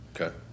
okay